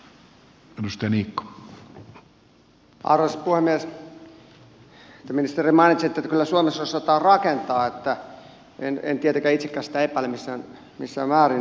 te ministeri mainitsitte että kyllä suomessa osataan rakentaa en tietenkään itsekään sitä epäile missään määrin